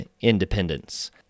independence